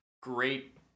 great